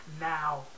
now